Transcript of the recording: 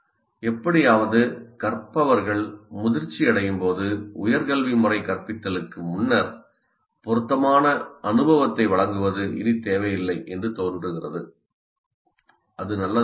எப்படியாவது கற்பவர்கள் முதிர்ச்சியடையும் போது உயர் கல்வி முறை கற்பித்தலுக்கு முன்னர் பொருத்தமான அனுபவத்தை வழங்குவது இனி தேவையில்லை என்று தோன்றுகிறது அது நல்லதாகிவிட்டது